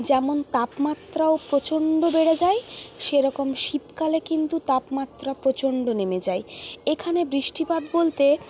যেমন তাপমাত্রাও প্রচণ্ড বেড়ে যায় সেরকম শীতকালে কিন্তু তাপমাত্রা প্রচণ্ড নেমে যায় এখানে বৃষ্টিপাত বলতে